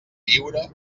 lliure